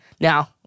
Now